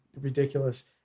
ridiculous